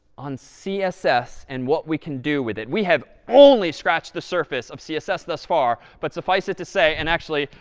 on css and what we can do with it? we have only scratched the surface of css thus far, but suffice it to say and actually,